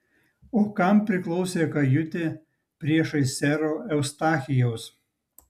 o kam priklausė kajutė priešais sero eustachijaus